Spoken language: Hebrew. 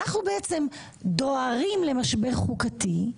אנחנו בעצם דוהרים למשבר חוקתי,